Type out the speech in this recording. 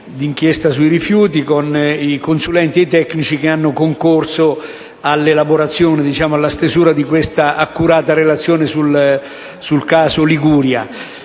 Grazie